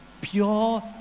pure